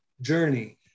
journey